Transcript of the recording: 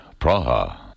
Praha